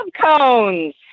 cones